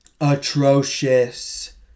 Atrocious